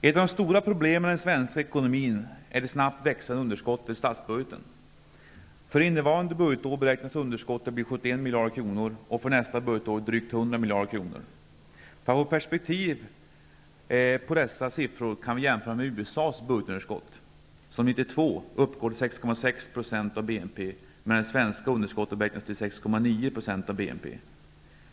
Ett av de stora problemen i den svenska ekonomin är det snabbt växande underskottet i statsbudgeten. För innevarande budgetår beräknas underskottet bli 71 miljarder kronor och för nästa budgetår drygt 100 miljarder kronor. För att få perspektiv på dessa siffror kan vi jämföra med USA:s budgetunderskott som 1992 uppgår till 6,6 % av BNP, medan det svenska underskottet beräknas till 6,9 % av BNP.